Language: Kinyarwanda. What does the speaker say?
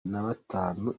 nabatanu